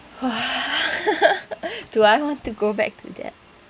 !wah! do I want to go back to that